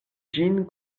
ĝin